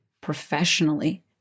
professionally